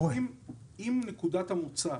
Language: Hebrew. אני אתן דוגמה